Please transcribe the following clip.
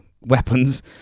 weapons